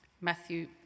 Matthew